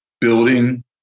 building